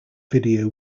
video